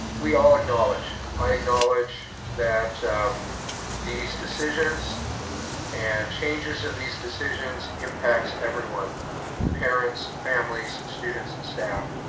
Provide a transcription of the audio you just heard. we all acknowledge. i acknowledge that these decisions and changes in these decisions impacts everyone parents, families, students and staff.